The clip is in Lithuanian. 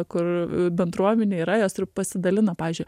kur bendruomenė yra jos ir pasidalina pavyzdžiui